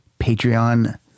Patreon